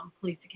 police